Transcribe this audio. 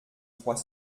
trois